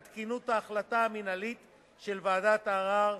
תקינות ההחלטה המינהלית של ועדת הערר.